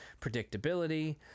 predictability